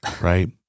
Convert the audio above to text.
Right